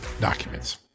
documents